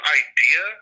idea